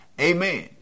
Amen